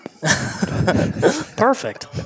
Perfect